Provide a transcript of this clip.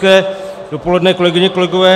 Hezké dopoledne, kolegyně, kolegové.